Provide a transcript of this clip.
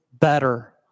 better